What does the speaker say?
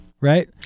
Right